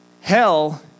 hell